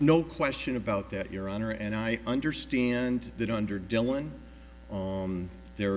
no question about that your honor and i understand that under dylan there